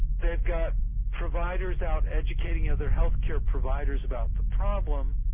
they've got providers out educating other health care providers about the problem,